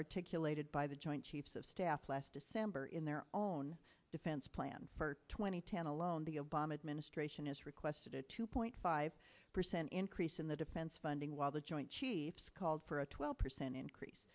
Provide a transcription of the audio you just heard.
articulated by the joint chiefs of staff last december in their own defense plan for twenty ten alone the obama administration is requested a two point five percent increase in the defense funding while the joint chiefs called for a twelve percent increase